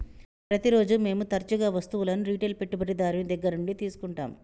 ప్రతిరోజు మేము తరచుగా వస్తువులను రిటైల్ పెట్టుబడిదారుని దగ్గర నుండి తీసుకుంటాం